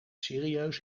serieus